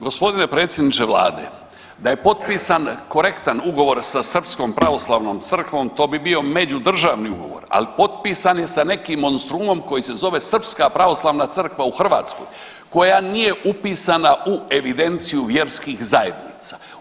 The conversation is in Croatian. Gospodine predsjedniče Vlade, da je potpisan korektan ugovor sa srpskom pravoslavnom crkvom to bi bio međudržavni ugovor, ali potpisan je sa nekim monstrumom koji se zove srpska pravoslavna crkva u Hrvatskoj koja nije upisana u evidenciju vjerskih zajednica.